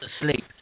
asleep